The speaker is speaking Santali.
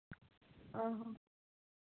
ᱚᱸᱻ ᱦᱚᱸ